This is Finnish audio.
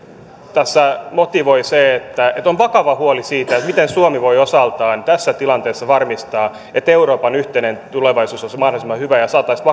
tässä motivoi se että on vakava huoli siitä miten suomi voi osaltaan tässä tilanteessa varmistaa että euroopan yhteinen tulevaisuus olisi mahdollisimman hyvä ja saataisiin